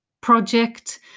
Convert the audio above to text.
project